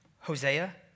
Hosea